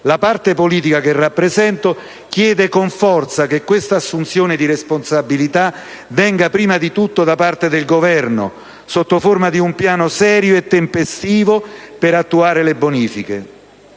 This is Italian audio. la parte politica che rappresento chiede con forza che quest'assunzione di responsabilità venga prima di tutto da parte del Governo sotto forma di un piano serio e tempestivo per attuare le bonifiche.